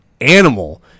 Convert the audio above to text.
animal